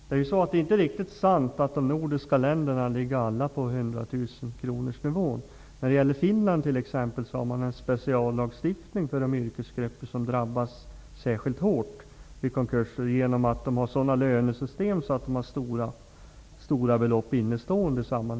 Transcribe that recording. Fru talman! Det är inte riktigt sant att alla de nordiska länderna ligger på nivån 100 000 kr. I Finland finns det en speciallagstiftning för de yrkesgrupper som drabbas särskilt hårt vid konkurser på grund av att de har sådana lönesystem som gör att de har stora belopp innestående.